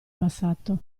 passato